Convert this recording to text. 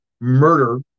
murder